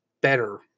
better